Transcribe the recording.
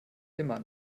immer